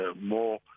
more